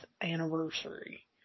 anniversary